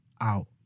out